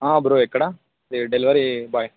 bro ఎక్కడ అదే delivery bye